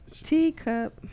Teacup